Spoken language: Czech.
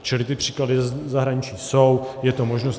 Čili ty příklady ze zahraničí jsou, je to možnost.